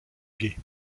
gay